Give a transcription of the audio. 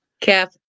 Cap